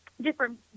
different